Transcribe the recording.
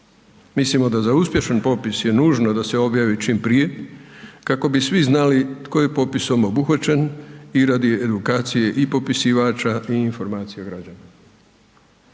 Mislim da je za uspješan popis nužno da se objavi čim prije kako bi svi znali tko je popisom obuhvaćen i radi edukacije i popisivača i informacija građana.